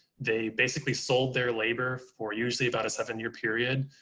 they basically sold their labor for usually about a seven year period,